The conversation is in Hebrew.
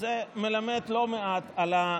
שזה מלמד לא מעט על,